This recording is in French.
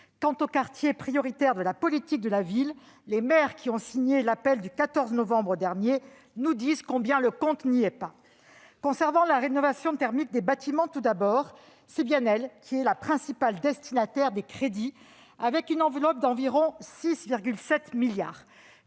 Quant aux quartiers prioritaires de la politique de la ville, les maires qui ont signé l'appel du 14 novembre dernier nous disent combien le compte n'y est pas. La rénovation thermique des bâtiments, tout d'abord, est bien la principale destinataire des crédits, avec une enveloppe d'environ 6,7 milliards